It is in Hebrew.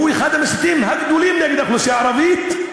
והוא אחד המסיתים הגדולים נגד האוכלוסייה הערבית.